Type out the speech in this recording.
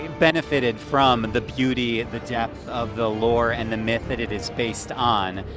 benefited from the beauty, the depth of the lore and the myth that it is based on.